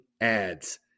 ads